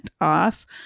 off